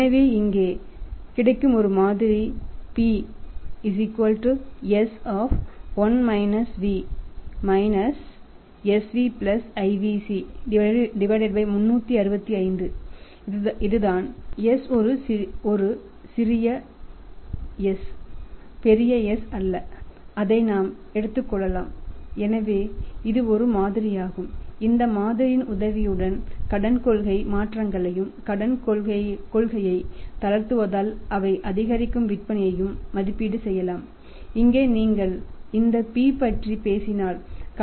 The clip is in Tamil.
எனவே இது இங்கே கிடைக்கும் ஒரு மாதிரி இது p s